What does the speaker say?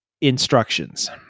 instructions